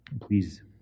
Please